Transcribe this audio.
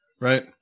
Right